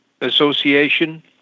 Association